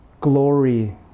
glory